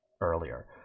Earlier